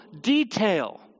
detail